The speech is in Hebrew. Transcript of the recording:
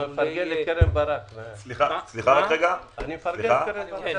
יש פה כמה